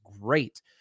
great